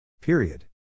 Period